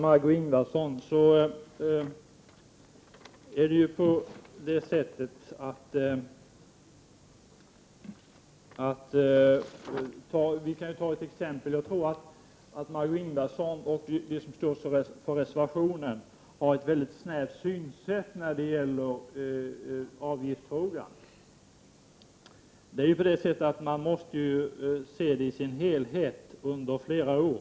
Margö Ingvardsson och övriga ledamöter som reserverat sig när det gäller avgiftsfrågan har ett mycket snävt synsätt. Man måste se saken i sin helhet och tänka på utvecklingen under flera år.